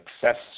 success